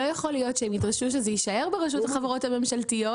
לא יכול להיות שהם ידרשו שזה יישאר ברשות החברות הממשלתיות